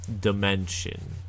dimension